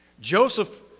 Joseph